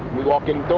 we walk in